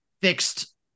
fixed